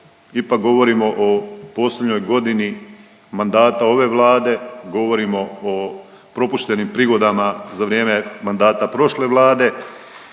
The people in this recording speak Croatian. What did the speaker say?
ipak govorimo o posljednjoj godini mandata ove Vlade, govorimo o propuštenim prigodama za vrijeme mandata prošle Vlade